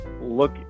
look